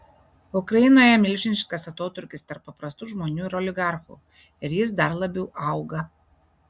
ukrainoje milžiniškas atotrūkis tarp paprastų žmonių ir oligarchų ir jis dar labiau auga